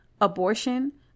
Abortion